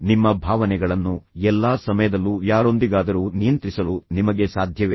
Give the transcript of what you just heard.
ನಿಮ್ಮ ಭಾವನೆಗಳನ್ನು ಎಲ್ಲಾ ಸಮಯದಲ್ಲೂ ಯಾರೊಂದಿಗಾದರೂ ನಿಯಂತ್ರಿಸಲು ನಿಮಗೆ ಸಾಧ್ಯವೇ